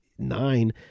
nine